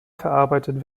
verarbeitet